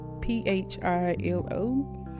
p-h-i-l-o